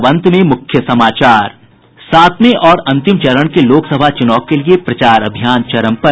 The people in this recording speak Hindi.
और अब अंत में मुख्य समाचार सातवें और अंतिम चरण के लोकसभा चुनाव के लिये प्रचार अभियान चरम पर